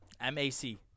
M-A-C